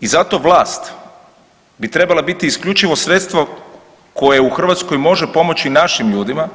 I zato vlast bi trebala biti isključivo sredstvo koje u Hrvatskoj može pomoći našim ljudima